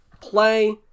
play